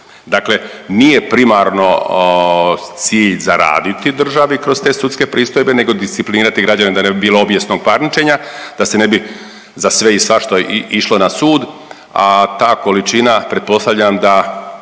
Dakle nije primarno cilj zaraditi državi kroz te sudske pristojbe nego disciplina tih građana da ne bi bilo obijesnog parničenja, da se ne bi za sve i svašta išlo na sud, a ta količina pretpostavljam da